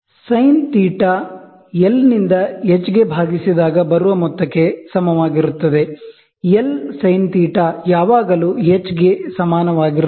sign θ L ನಿಂದ H ಗೆ ಭಾಗಿಸಿದಾಗ ಬರುವ ಮೊತ್ತಕ್ಕೆ ಸಮವಾಗಿರುತ್ತದೆ ಎಲ್ ಸೈನ್ θ L sinθ ಯಾವಾಗಲೂ ಎಚ್ ಗೆ ಸಮಾನವಾಗಿರುತ್ತದೆ